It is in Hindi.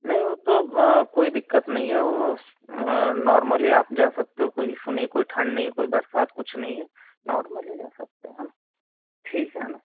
नहीं वह तो कोई दिक्कत नहीं है वह नॉर्मली आप जा सकते हो कोई इश्यू नहीं है कोई ठंड नहीं कोई बरसात कुछ नहीं है नॉर्मली जा सकते है ना ठीक है ना